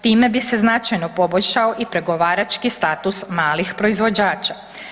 Time bi se značajno poboljšao i pregovarački status malih proizvođača.